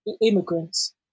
immigrants